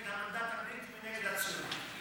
נגד המנדט הבריטי ונגד הציוניות.